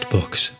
Books